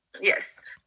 Yes